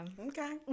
okay